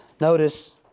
Notice